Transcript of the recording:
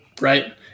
Right